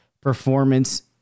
performance